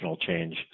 change